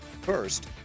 First